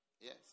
yes